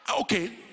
Okay